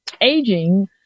aging